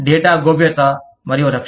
data గోప్యత మరియు రక్షణ